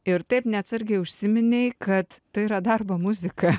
ir taip neatsargiai užsiminei kad tai yra darbo muzika